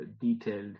detailed